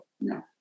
No